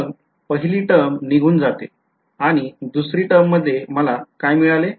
तर मग पहिली टर्म निघून जाते आणि दुसरी टर्ममध्ये मला काय मिळेल